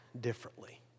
differently